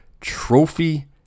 trophy